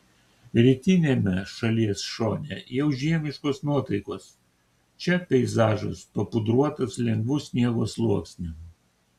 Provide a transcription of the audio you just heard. rytiniame šalies šone jau žiemiškos nuotaikos čia peizažas papudruotas lengvu sniego sluoksniu